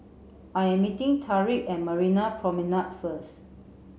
I am meeting Tarik at Marina Promenade first